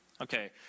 Okay